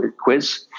quiz